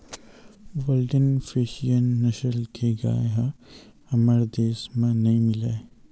Holstein Friesian नसल के गाय ह हमर देस म नइ मिलय